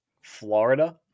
Florida